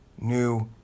new